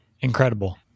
Incredible